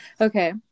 okay